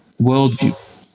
worldview